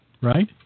right